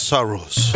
Sorrows